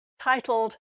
titled